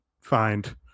find